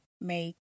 make